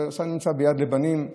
סבא נמצא ביד לבנים,